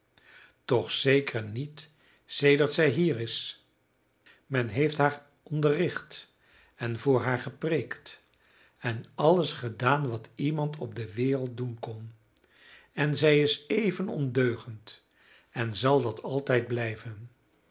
toch zeker niet sedert zij hier is men heeft haar onderricht en voor haar gepreekt en alles gedaan wat iemand op de wereld doen kon en zij is even ondeugend en zal dat altijd blijven